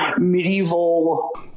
medieval